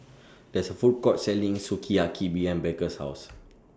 There IS A Food Court Selling Sukiyaki behind Baker's House